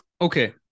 Okay